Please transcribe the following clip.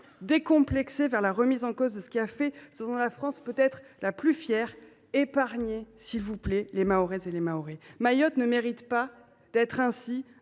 décomplexée vers la remise en cause de ce qui a fait ce dont la France peut être la plus fière, épargnez, s’il vous plaît, les Mahoraises et les Mahorais ! Mayotte ne mérite pas d’être ainsi